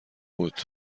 بود